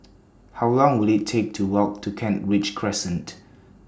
How Long Will IT Take to Walk to Kent Ridge Crescent